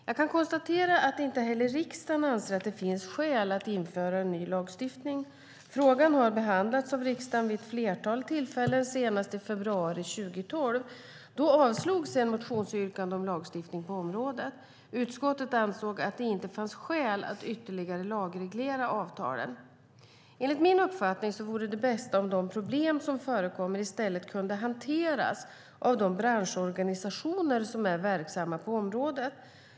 Jag kan konstatera att inte heller riksdagen anser att det finns skäl att införa ny lagstiftning. Frågan har behandlats av riksdagen vid ett flertal tillfällen, senast i februari 2012. Då avslogs ett motionsyrkande om lagstiftning på området. Utskottet ansåg att det inte fanns skäl att ytterligare lagreglera avtalen. Enligt min uppfattning vore det bästa om de problem som förekommer i stället kunde hanteras av de branschorganisationer som är verksamma på området.